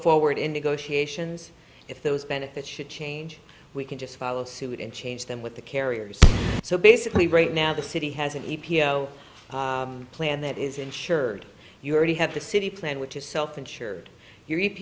forward in negotiations if those benefits should change we can just follow suit and change them with the carriers so basically right now the city has an e p a oh plan that is insured you already have the city plan which is self insured your